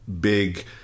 big